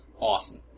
Awesome